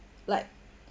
like